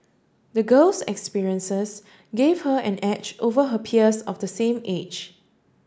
the girl's experiences gave her an edge over her peers of the same age